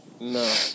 No